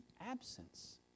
absence